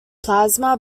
plasma